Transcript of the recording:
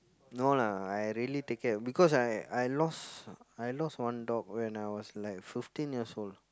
no lah I really take care because I I lost I lost one dog when I was like fifteen years old